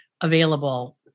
available